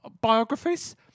biographies